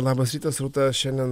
labas rytas rūta šiandien